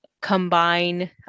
combine